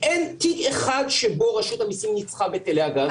אין תיק אחד שבו רשות המיסים ניצחה בהיטלי הגז.